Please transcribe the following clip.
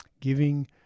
giving